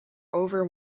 over